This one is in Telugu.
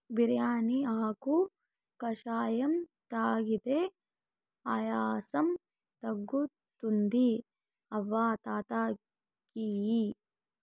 బిర్యానీ ఆకు కషాయం తాగితే ఆయాసం తగ్గుతుంది అవ్వ తాత కియి